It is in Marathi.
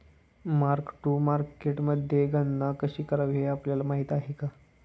मार्क टू मार्केटमध्ये गणना कशी करावी हे आपल्याला माहित आहे का?